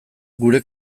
gure